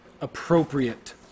appropriate